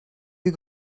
you